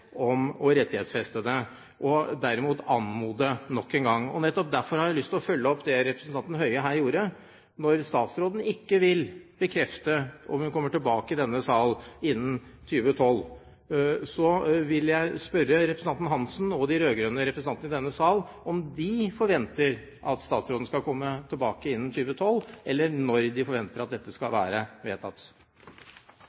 om rettighetsfesting og derimot «anmode» nok en gang. Derfor har jeg lyst til å følge opp det representanten Høie her sa. Når statsråden ikke vil bekrefte om hun kommer tilbake med dette til denne sal innen 2012, vil jeg spørre representanten Geir-Ketil Hansen og de rød-grønne representantene: Forventer de at statsråden skal komme tilbake innen 2012? Eller: Når forventer de at dette skal